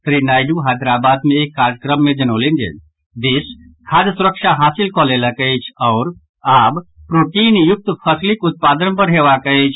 श्री नायडू हैदराबाद मे एक कार्यक्रम मे जनौलनि जे देश खाद्य सुरक्षा हासिल कऽ लेलक अछि आओर आब प्रोटीन युक्त फसलिक उत्पादन बढ़ेबाक अछि